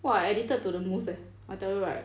!wah! I addicted to the mousse eh I tell you right